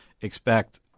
expect